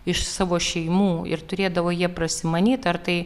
iš savo šeimų ir turėdavo jie prasimanyt ar tai